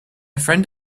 friend